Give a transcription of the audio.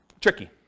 tricky